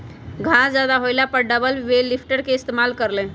जादा घास होएला पर डबल बेल लिफ्टर के इस्तेमाल कर ल